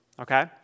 okay